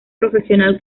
profesional